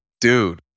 dude